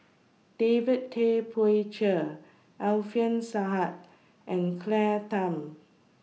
David Tay Poey Cher Alfian Sa'at and Claire Tham